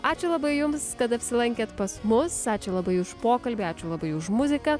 ačiū labai jums kad apsilankėt pas mus ačiū labai už pokalbį ačiū labai už muziką